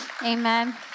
Amen